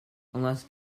unless